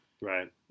Right